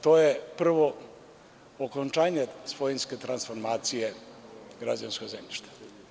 To je prvo okončanje svojinske transformacije građevinskog zemljišta.